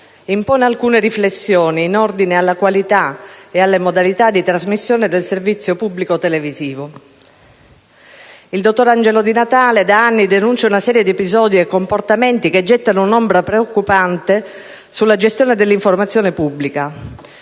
impone alcune riflessioni in ordine alla qualità e alle modalità di trasmissione del servizio pubblico televisivo. Il dottor Angelo Di Natale da anni denuncia una serie di episodi e comportamenti che gettano un'ombra preoccupante sulla gestione dell'informazione pubblica,